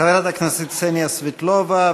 חברת הכנסת קסניה סבטלובה,